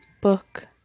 book